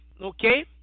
okay